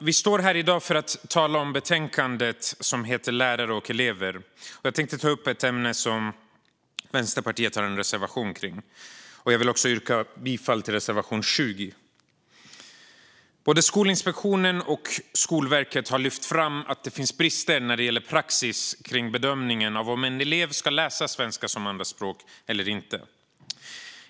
Vi står här i dag för att tala om betänkandet Lärare och elever , och jag tänkte ta upp ett ämne där Vänsterpartiet har lämnat en reservation. Jag yrkar bifall till reservation 20. Både Skolinspektionen och Skolverket har lyft fram att det finns brister när det gäller praxis kring bedömningen av om en elev ska läsa svenska som andraspråk eller inte.